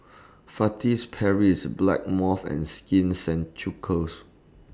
Paris Blackmores and Skin